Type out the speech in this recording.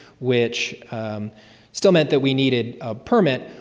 which still meant that we needed a permit,